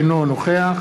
אינו נוכח